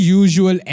usual